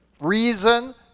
reason